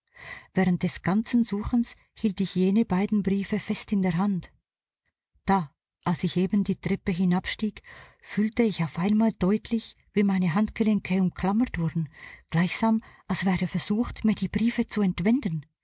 während des ganzen suchens hielt ich jene beiden briefe fest in der hand da als ich eben die treppe hinabstieg fühlte ich auf einmal deutlich wie meine handgelenke umklammert wurden gleichsam als werde versucht mir die briefe zu entwenden